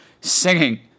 singing